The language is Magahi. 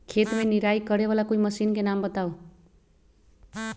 खेत मे निराई करे वाला कोई मशीन के नाम बताऊ?